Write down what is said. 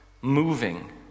moving